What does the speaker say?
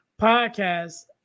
podcast